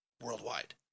worldwide